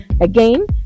again